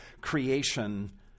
creation